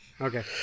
Okay